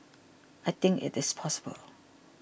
I think it is possible